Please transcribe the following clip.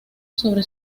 sobre